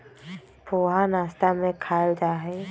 पोहा नाश्ता में खायल जाहई